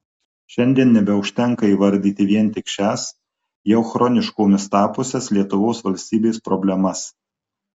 šiandien nebeužtenka įvardyti vien tik šias jau chroniškomis tapusias lietuvos valstybės problemas